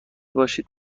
باشید